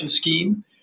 scheme